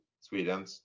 Sweden